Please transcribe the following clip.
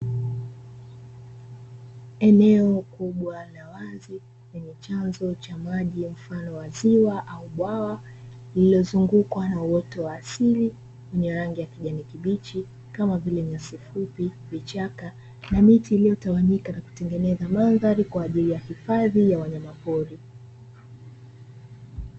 Eneo kubwa la wazi kwenye chanzo cha maji mfano wa ziwa au bwawa lililozungukwa na uoto wa asili wenye rangi ya kijani kibichi kama vile: nyasi fupi, vichaka na miti iliyotawanyika na kutengeneza mandhari kwaajili ya hifadhi ya wanyamapori.